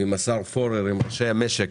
עם השר פורר ועם ראשי המשק,